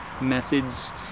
methods